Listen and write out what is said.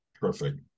Perfect